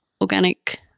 organic